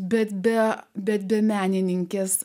bet be bet be menininkės